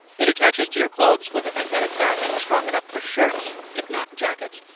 it attaches to your clothes with a magnetic backing strong enough for shirts, if not jackets.